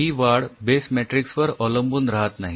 ही वाढ base matrix वर अवलंबून राहत नाही